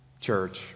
church